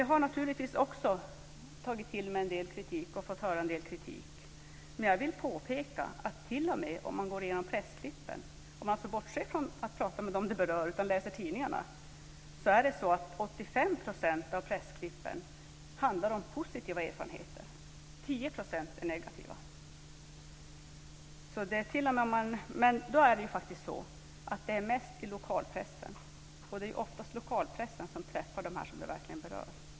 Jag har naturligtvis också fått höra, och tagit till mig, en del kritik. Men jag vill påpeka att t.o.m. om man går igenom pressklippen - och alltså bortser från att prata med dem det berör utan läser tidningarna - så ser man att 85 % av klippen handlar om positiva erfarenheter. 10 % är negativa. Då är detta mest från lokalpressen, och det är oftast den som träffar dem som detta verkligen berör.